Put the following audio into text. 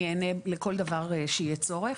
אני אענה לכל דבר שיהיה צורך.